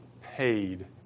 paid